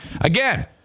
again